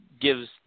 gives